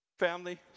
Family